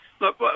Look